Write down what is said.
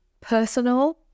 personal